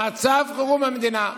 מצב חירום במדינה.